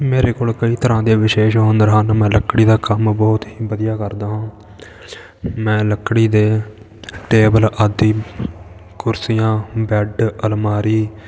ਮੇਰੇ ਕੋਲ ਕਈ ਤਰ੍ਹਾਂ ਦੇ ਵਿਸ਼ੇਸ਼ ਹੁਨਰ ਹਨ ਮੈਂ ਲੱਕੜੀ ਦਾ ਕੰਮ ਬਹੁਤ ਹੀ ਵਧੀਆ ਕਰਦਾ ਹਾਂ ਮੈਂ ਲੱਕੜੀ ਦੇ ਟੇਬਲ ਅਤੇ ਕੁਰਸੀਆਂ ਬੈੱਡ ਅਲਮਾਰੀ